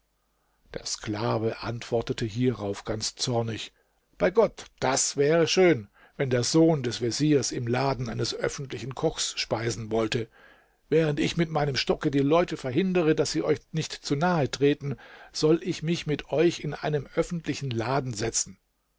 der sklave antwortete hierauf ganz zornig bei gott das wäre schön wenn der sohn des veziers im laden eines öffentlichen kochs speisen wollte während ich mit meinem stocke die leute verhindere daß sie euch nicht zu nahe treten soll ich mich mit euch in einen öffentlichen laden setzen